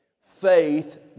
Faith